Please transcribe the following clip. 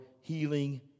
healing